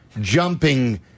jumping